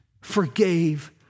forgave